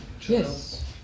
Yes